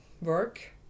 work